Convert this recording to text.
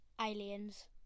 Aliens